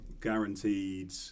guaranteed